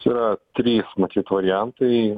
čia yra trys matyt variantai